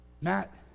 Matt